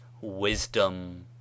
wisdom